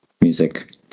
music